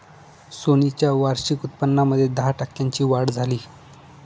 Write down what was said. Sony च्या वार्षिक उत्पन्नामध्ये दहा टक्क्यांची वाढ झाली